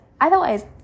otherwise